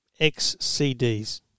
XCDs